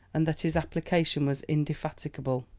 and that his application was indefatigable,